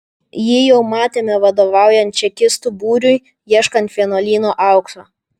jį jau matėme vadovaujant čekistų būriui ieškant vienuolyno aukso